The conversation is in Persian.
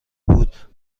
بود